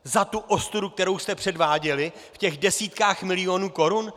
Za tu ostudu, kterou jste předváděli v desítkách milionů korun?